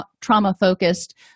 trauma-focused